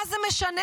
מה זה משנה?